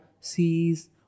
sees